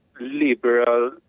liberal